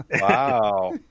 Wow